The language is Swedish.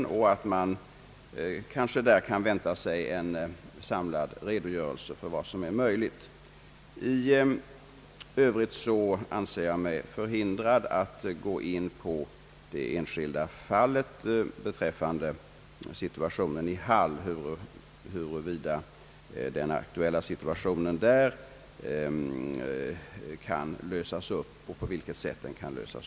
Vi kanske, när utredningen fullföljt sitt arbete, kan vänta oss en samlad redogörelse för vad som är möjligt. I övrigt anser jag mig förhindrad att gå in på det enskilda fallet beträffande Hall — dvs. huruvida den aktuella situationen där kan lösas upp och på vilket sätt det kan ske.